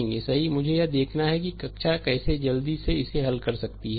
मुझे यह देखना है कि कक्षा कैसे जल्दी से इसे हल कर सकती है